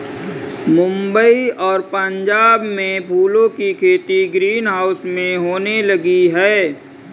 मुंबई और पंजाब में फूलों की खेती ग्रीन हाउस में होने लगी है